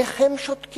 איך הם שותקים?